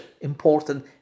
important